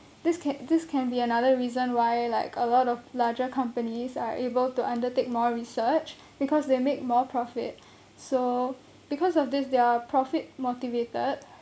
this can be another reason why like a lot of larger companies are able to undertake more research because they make more profit so because of this they're profit motivated